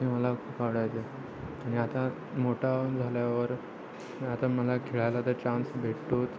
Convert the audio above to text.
हे मला खूप आवडायचे आणि आता मोठा झाल्यावर आता मला खेळायला तर चान्स भेटतोच